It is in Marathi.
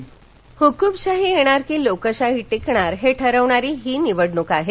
राज ठाकरे हुकुमशाही येणार की लोकशाही टिकणार हे ठरवणारी ही निवडणुक आहे